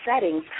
settings